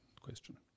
question